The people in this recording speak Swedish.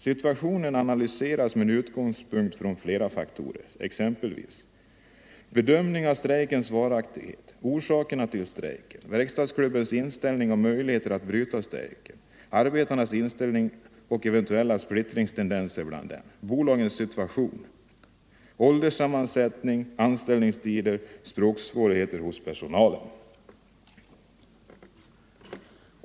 Situationen analyseras med utgångspunkt från flera faktorer, exempelvis Verkstadsklubbens inställning och möjligheter att bryta strejken. Arbetarnas inställning och eventuella splittringstendenser bland dem.